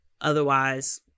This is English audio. Otherwise